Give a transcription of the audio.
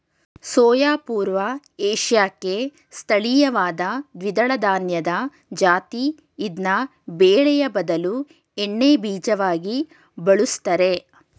soya ಪೂರ್ವ ಏಷ್ಯಾಕ್ಕೆ ಸ್ಥಳೀಯವಾದ ದ್ವಿದಳಧಾನ್ಯದ ಜಾತಿ ಇದ್ನ ಬೇಳೆಯ ಬದಲು ಎಣ್ಣೆಬೀಜವಾಗಿ ಬಳುಸ್ತರೆ